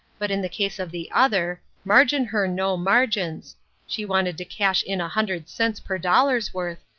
but in the case of the other, margin her no margins she wanted to cash in a hundred cents per dollar's worth,